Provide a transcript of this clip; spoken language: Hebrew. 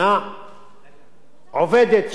עובדת שתדע שזו זכותה,